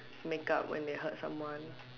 make up when they hurt someone